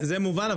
זה מובן.